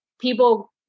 people